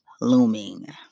looming